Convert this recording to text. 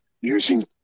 using